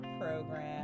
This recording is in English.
program